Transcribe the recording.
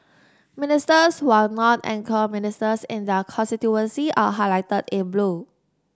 ministers who are not anchor ministers in their constituency are highlighted in blue